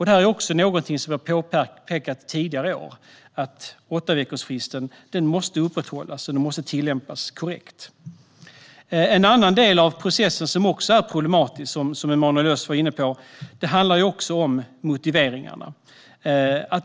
Det är också något som vi har påpekat tidigare år, att åttaveckorsfristen måste upprätthållas och tillämpas korrekt. En annan del av processen som är problematisk, som Emanuel Öz var inne på, är motiveringarna.